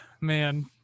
Man